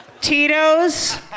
Tito's